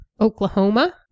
Oklahoma